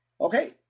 Okay